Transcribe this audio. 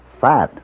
Fat